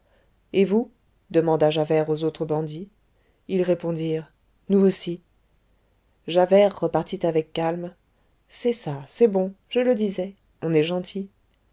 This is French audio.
et vous demanda javert aux autres bandits ils répondirent nous aussi javert repartit avec calme c'est ça c'est bon je le disais on est gentil